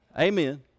Amen